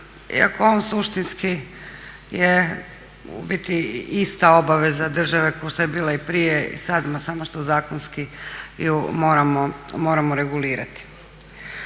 iako on suštinski je u biti ista obaveza države kao što je bila i prije i sada ima samo što zakonski ju moramo regulirati.